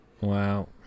wow